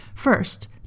First